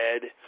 Dead